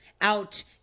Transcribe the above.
out